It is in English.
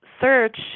search